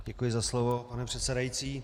Děkuji za slovo, pane předsedající.